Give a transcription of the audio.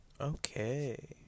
Okay